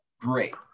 great